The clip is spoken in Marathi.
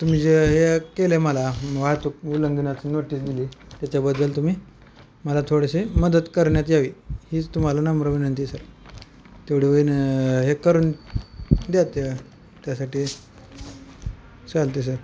तुम्ही जे हे केलं आहे मला वाहतूक उल्लंघनाची नोटीस दिली त्याच्याबद्दल तुम्ही मला थोडीशी मदत करण्यात यावी हीच तुम्हाला नम्र विनंती सर तेवढे होईन हे करून द्या त्या त्यासाठी चालते सर